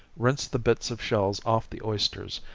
rinse the bits of shells off the oysters,